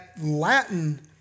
Latin